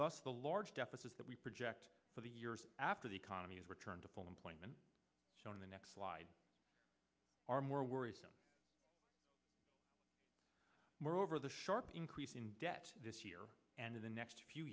thus the large deficit that we project for the year after the economy has returned to full employment so in the next slide are more worrisome moreover the sharp increase in debt this year and in the next few